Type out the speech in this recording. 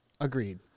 Agreed